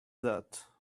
that